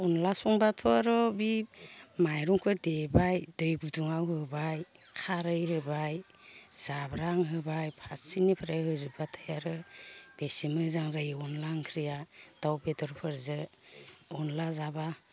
अनद्ला संब्लाथ' आरो बि माइरंखो देबाय दै गुदुङाव होबाय खारै होबाय जाब्रां होबाय फारसेनिफ्राय होजुब्बाथाय आरो बेसे मोजां जायो अनद्ला ओंख्रिया दाउ बेदरफोरजो अनद्ला जाब्ला